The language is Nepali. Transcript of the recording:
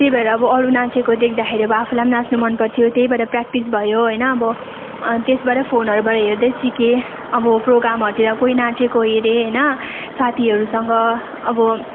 त्यही भएर अब अरू नाचेको देख्दाखेरि अब आफूलाई पनि नाच्नु मनपर्थ्यो त्यही भएर प्र्याक्टिस भयो होइन अब त्यसबाट फोनहरूबाट हेर्दै सिकेँ अब प्रोग्रामहरूतिर कोही नाचेको हेरेँ होइन साथीहरूसँग अब